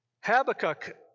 Habakkuk